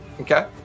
Okay